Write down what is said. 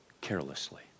Carelessly